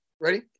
Ready